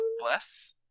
bless